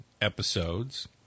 episodes